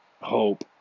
hope